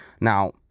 Now